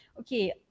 Okay